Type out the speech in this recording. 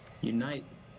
unite